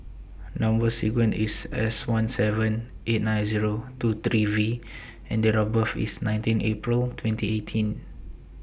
Number sequence IS S one seven eight nine Zero two three V and Date of birth IS nineteen April twenty eighteen